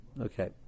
Okay